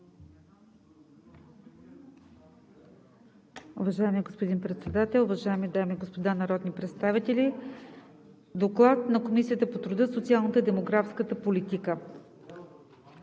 Уважаеми господин Председател, уважаеми дами и господа народни представители! „ДОКЛАД на Комисията по труда, социалната и демографската политика